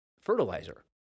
fertilizer